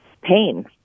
pain